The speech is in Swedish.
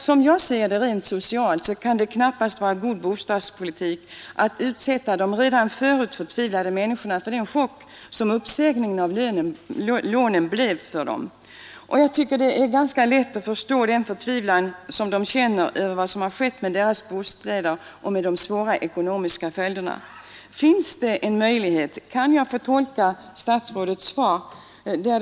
Som jag ser det rent socialt kan det knappast vara god bostadspolitik att utsätta de redan förut förtvivlade människorna för den chock som uppsägningen av lånen blev för dem. Jag tycker det är ganska lätt att förstå deras förtvivlan över vad som skett med deras bostäder och över de svåra ekonomiska följderna. Finns det en möjlighet för staten att hjälpa? Kan jag få tolka statsrådets svar så?